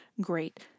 great